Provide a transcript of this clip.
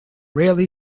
rarely